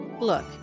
Look